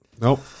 nope